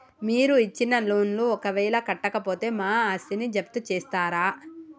మీరు ఇచ్చిన లోన్ ను ఒక నెల కట్టకపోతే మా ఆస్తిని జప్తు చేస్తరా?